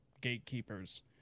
gatekeepers